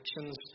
actions